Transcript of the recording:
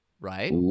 Right